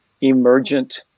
emergent